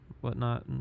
whatnot